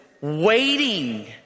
waiting